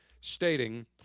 stating